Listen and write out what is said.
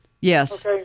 Yes